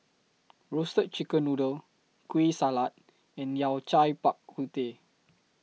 Roasted Chicken Noodle Kueh Salat and Yao Cai Bak Kut Teh